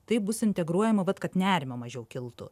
taip bus integruojama vat kad nerimo mažiau kiltų